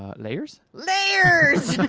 um layers layers!